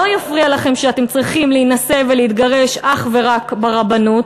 לא יפריע לכם שאתם צריכים להינשא ולהתגרש אך ורק ברבנות,